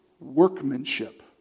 workmanship